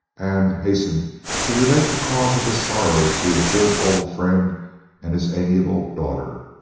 and hastened to relate the cause of his sorrows to his good old friend and his amiable daughter.